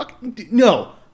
No